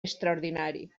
extraordinari